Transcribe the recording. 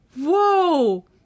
Whoa